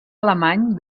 alemany